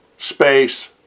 space